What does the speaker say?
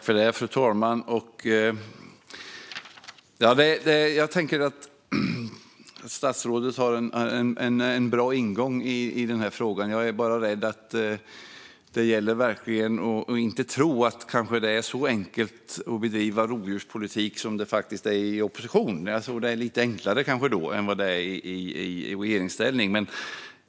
Fru talman! Jag tycker att statsrådet har en bra ingång i den här frågan. Men det gäller verkligen att inte tro att det är så enkelt att bedriva rovdjurspolitik i regeringsställning som det faktiskt är i opposition. Jag tror att det kanske är lite enklare då än i regeringsställning.